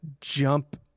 jump